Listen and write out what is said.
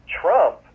Trump